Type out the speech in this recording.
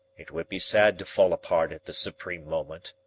it would be sad to fall apart at the supreme moment.